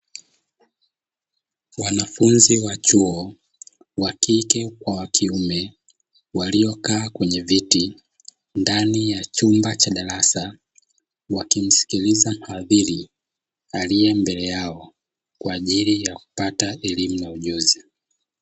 Wanafunzi wa chuo wakike kwa wakiume, waliokaa kwenye viti ndani ya chumba cha darasa. Wakimskiliza mhadhiri alie mbele yao kwa ajili ya kupata elimu na ujuzi.